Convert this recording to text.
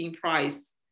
price